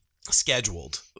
scheduled